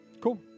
Cool